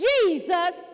Jesus